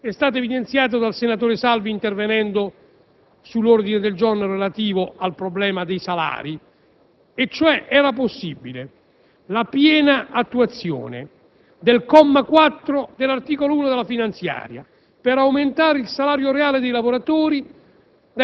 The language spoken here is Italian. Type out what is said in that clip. mancata, evidenziata dal senatore Salvi nel suo intervento sull'ordine del giorno relativo al problema dei salari, in quanto sarebbe stata possibile la piena attuazione del comma 4 dell'articolo 1 della finanziaria per aumentare il salario reale dei lavoratori